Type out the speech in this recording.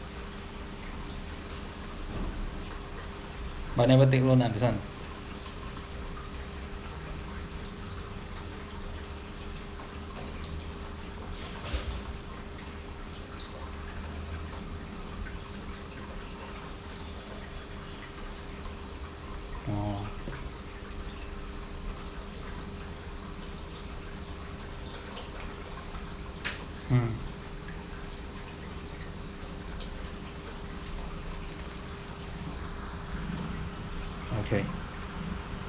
but never take loan ah this [one] oh mm okay